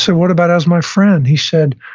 so what about as my friend? he said,